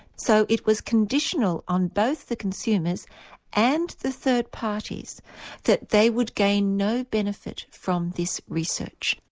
so it was conditional on both the consumers and the third parties that they would gain no benefit from this research.